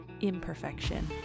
imperfection